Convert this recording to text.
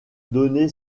donné